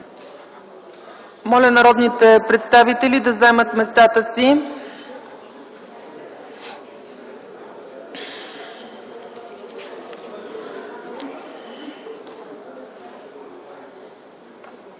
Моля, народните представители да заемат местата си.